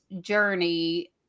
journey